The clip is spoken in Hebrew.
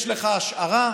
יש לך השערה?